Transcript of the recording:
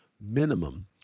minimum